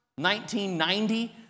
1990